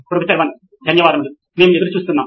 professor 1 ధన్యవాదాలు మేము ఎదురు చూస్తున్నాం